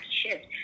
shift